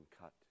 cut